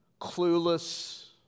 clueless